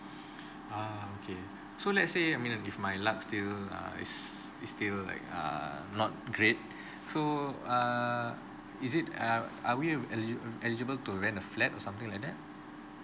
ah okay so let's say I mean if my luck still uh is is still like err not great so err is it uh are we elig~ eligible to rent a flat or something like that